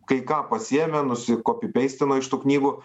kai ką pasiėmė nusikopi peistino iš tų knygų